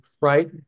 right